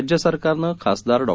राज्यसरकारनंखासदारडॉ